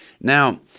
Now